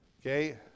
Okay